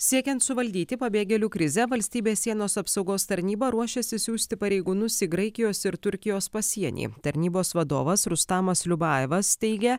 siekiant suvaldyti pabėgėlių krizę valstybės sienos apsaugos tarnyba ruošiasi siųsti pareigūnus į graikijos ir turkijos pasienyje tarnybos vadovas rustamas liubavas teigia